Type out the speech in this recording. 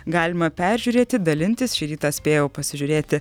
galima peržiūrėti dalintis šį rytą spėjau pasižiūrėti